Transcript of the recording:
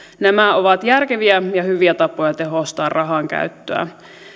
nämä ovat järkeviä ja hyviä tapoja tehostaa rahankäyttöä